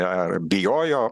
ar bijojo